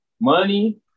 money